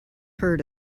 heard